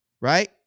right